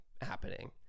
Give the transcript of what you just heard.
happening